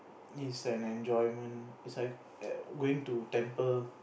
it's an enjoyment it's like a~ going to temple